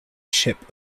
ship